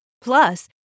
Plus